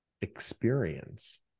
experience